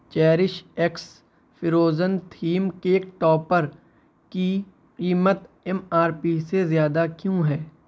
cherish x frozen theme cake topper کی قیمت M R P سے زیادہ کیوں ہے